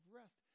rest